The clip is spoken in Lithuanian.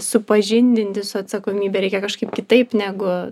supažindinti su atsakomybe reikia kažkaip kitaip negu